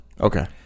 Okay